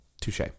Touche